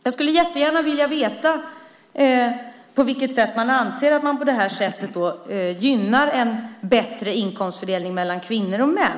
Jag skulle gärna vilja veta på vilket sätt man anser att man på det sättet gynnar en bättre inkomstfördelning mellan kvinnor och män.